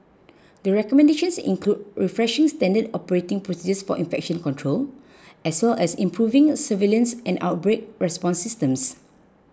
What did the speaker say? the recommendations include refreshing standard operating procedures for infection control as well as improving surveillance and outbreak response systems